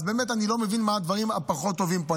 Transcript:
אז באמת, אני לא מבין מה הדברים הפחות-טובים פה.